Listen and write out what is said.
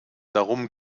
darum